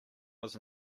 was